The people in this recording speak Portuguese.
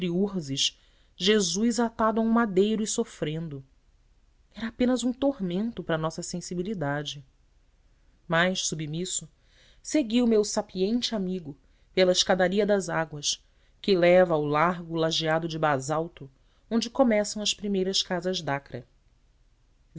jesus atado a um madeiro e sofrendo era apenas um tormento para a nossa sensibilidade mas submisso segui o meu sapiente amigo pela escadaria das águas que leva ao largo lajeado de basalto onde começam as primeiras casas